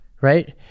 right